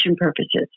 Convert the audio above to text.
purposes